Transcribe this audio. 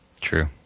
True